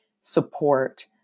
support